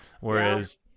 whereas